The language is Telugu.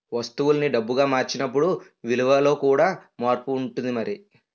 వస్తువుల్ని డబ్బుగా మార్చినప్పుడు విలువలో కూడా మార్పు ఉంటుంది మరి